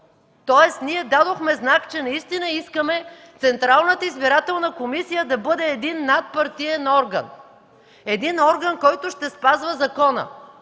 Тоест ние дадохме знак, че наистина искаме Централната избирателна комисия да бъде надпартиен орган, който ще спазва закона,